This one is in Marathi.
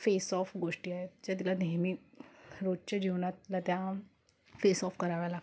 फेस ऑफ गोष्टी आहेत ज्या तिला नेहमी रोजच्या जीवनातला त्या फेस ऑफ कराव्या लागतात